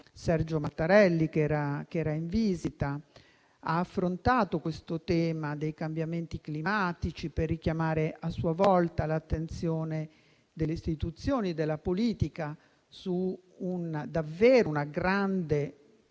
Sergio Mattarella, che era in visita, ha affrontato il tema dei cambiamenti climatici per richiamare a sua volta l'attenzione delle istituzioni e della politica sulla grande